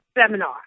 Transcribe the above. seminar